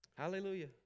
Hallelujah